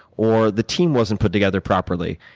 or the team wasn't put together properly,